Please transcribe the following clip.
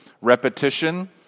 repetition